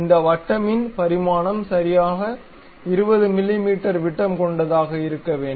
இந்த வட்டமின் பரிமாணம் சரியான 20 மிமீ விட்டம் கொண்டதாக இருக்க வேண்டும்